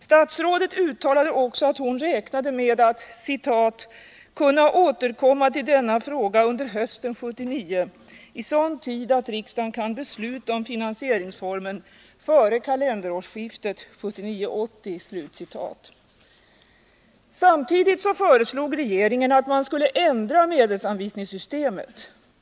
Statsrådet uttalade också att hon räknade med att ”kunna återkomma till denna fråga under hösten 1979 i sådan tid att riksdagen kan besluta om finansieringsformen före kalenderårsskiftet 1979/1980.” Samtidigt föreslog regeringen att man skulle ändra medelsanvisningssystemet.